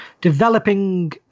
developing